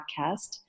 podcast